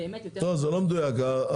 זה לא נכון.